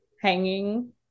hanging